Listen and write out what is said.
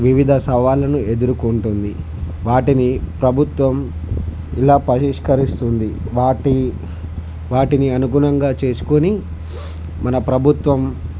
వివిధ సవాళ్ళను ఎదుర్కొంటుంది వాటిని ప్రభుత్వం ఇలా పరిష్కరిస్తుంది వాటి వాటిని అనుగుణంగా చేసుకొని